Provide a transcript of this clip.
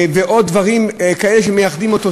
ועוד דברים כאלה שמייחדים אותו,